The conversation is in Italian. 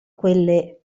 quelle